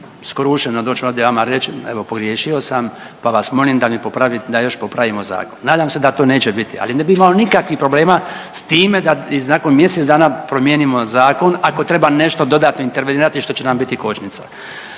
skrušeno doć ovdje vama reć evo pogriješio sam, pa vas molim da mi popravi…, da još popravimo zakon. Nadam se da to neće biti, ali ne bi imao nikakvih problema s time da i nakon mjesec dana promijenimo zakon ako treba nešto dodatno intervenirati što će nam biti kočnica.